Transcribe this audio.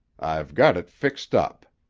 i've got it fixed up.